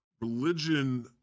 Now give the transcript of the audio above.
religion